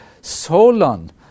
Solon